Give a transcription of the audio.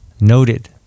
noted